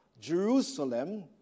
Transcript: Jerusalem